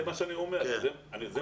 כל